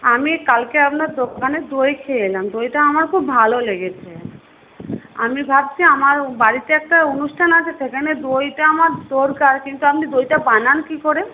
আমি কালকে আপনার দোকানে দই খেয়ে এলাম দইটা আমার খুব ভালো লেগেছে আমি ভাবছি আমার বাড়িতে একটা অনুষ্ঠান আছে সেখানে দইটা আমার দরকার কিন্তু আপনি দইটা বানান কী করে